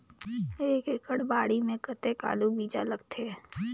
एक एकड़ बाड़ी मे कतेक आलू बीजा लगथे?